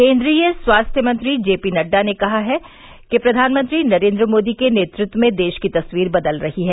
केन्द्रीय स्वास्थ्य मंत्री जेपी नड़डा ने कहा है कि प्रधानमंत्री नरेन्द्र मोदी के नेतृत्व में देश की तस्वीर बदल रही है